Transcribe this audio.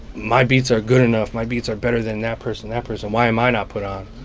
my beats are good enough. my beats are better than that person, that person. why am i not put on?